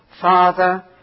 Father